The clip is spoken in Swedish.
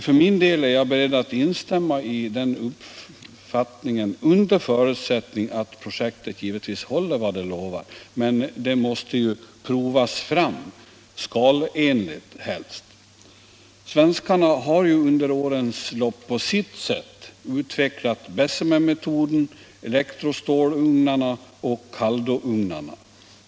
För min del är jag beredd att instämma i den uppfattningen, givetvis under förutsättning att projektet håller vad det lovar. Men det måste ju provas fram, helst skalenligt. Svenskarna har ju under årens lopp på sitt sätt utvecklat bessemermetoden, elektrostålugnarna och kaldougnarna.